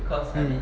mm